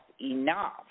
enough